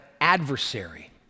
adversary